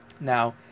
Now